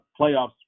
playoffs